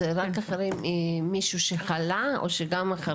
לפני שחלילה מסכנים את היקר להם ואת שאר האוכלוסייה.